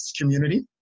community